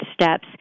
steps